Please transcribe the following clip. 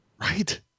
Right